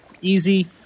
easy